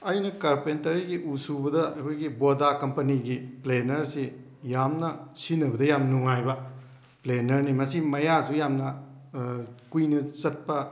ꯑꯩꯅ ꯀꯥꯔꯄꯦꯟꯇꯔꯤꯒꯤ ꯎ ꯁꯨꯕꯗ ꯑꯩꯈꯣꯏꯒꯤ ꯕꯣꯗꯥ ꯀꯝꯄꯅꯤꯒꯤ ꯄ꯭ꯂꯦꯅꯔꯁꯤ ꯌꯥꯝꯅ ꯁꯤꯖꯤꯟꯅꯕꯗ ꯌꯥꯝꯅ ꯅꯨꯡꯉꯥꯏꯕ ꯄ꯭ꯂꯦꯅꯔꯅꯤ ꯃꯁꯤ ꯃꯌꯥꯁꯨ ꯌꯥꯝꯅ ꯀꯨꯏꯅ ꯆꯠꯄ